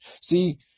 see